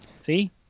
See